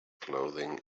clothing